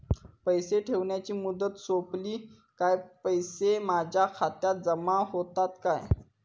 पैसे ठेवल्याची मुदत सोपली काय पैसे माझ्या खात्यात जमा होतात काय?